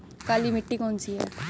काली मिट्टी कौन सी है?